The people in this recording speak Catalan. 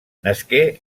nasqué